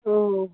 او